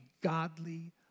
godly